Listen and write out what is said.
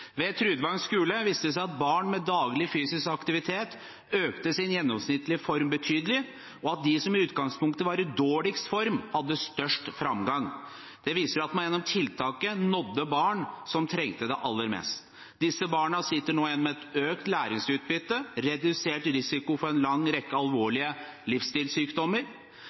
Ved Trudvang skule viste det seg at barn med daglig fysisk aktivitet økte sin gjennomsnittlige form betydelig, og at de som i utgangspunktet var i dårligst form, hadde størst framgang. Det viser at man gjennom tiltaket nådde barna som trengte det aller mest. Disse barna sitter nå igjen med økt læringsutbytte og redusert risiko for en lang rekke alvorlige